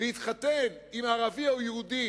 להתחתן עם ערבי או יהודי